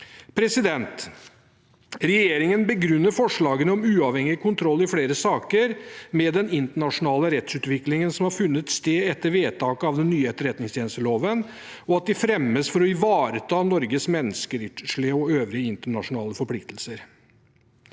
krevende. Regjeringen begrunner forslagene om uavhengig kontroll i flere saker med den internasjonale rettsutviklingen som har funnet sted etter vedtaket av den nye etterretningstjenesteloven, og at de fremmes for å ivareta Norges menneskerettslige og øvrige internasjonale forpliktelser.